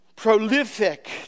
prolific